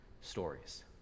stories